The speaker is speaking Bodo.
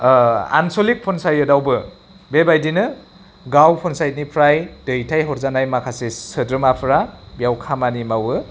आन्सलिक पन्सायतआवबो बेबायदिनो गाव पन्सायतनिफ्राय दैथायहरजानाय माखासे सोद्रोमाफोरा बेयाव खामानि मावो